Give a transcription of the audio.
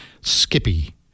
Skippy